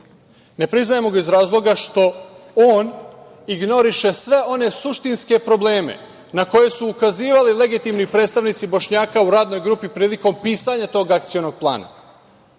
priznajemo ga iz razloga što on ignoriše sve one suštinske probleme na koje su ukazivali legitimni predstavnici Bošnjaka u radnoj grupi prilikom pisanja tog Akcionog